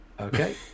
Okay